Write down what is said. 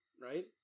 right